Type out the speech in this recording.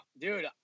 dude